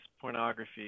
pornography